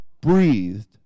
breathed